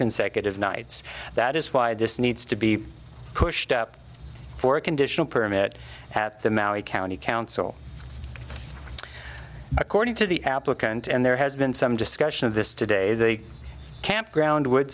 consecutive nights that is why this needs to be pushed up for a conditional permit at the maui county council according to the applicant and there has been some discussion of this today the campground wo